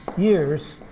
years